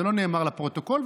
זה לא נאמר לפרוטוקול,